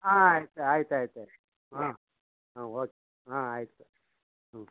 ಹಾಂ ಆಯ್ತು ಆಯ್ತು ಆಯಿತು ಹಾಂ ಹಾಂ ಓಕೆ ಹಾಂ ಆಯಿತು ಹ್ಞೂ